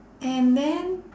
and then